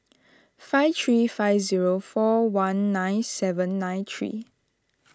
five three five zero four one nine seven nine three